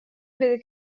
بده